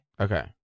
Okay